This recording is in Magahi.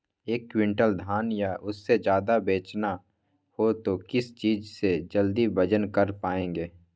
एक क्विंटल धान या उससे ज्यादा बेचना हो तो किस चीज से जल्दी वजन कर पायेंगे?